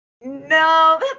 No